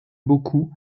beaucoup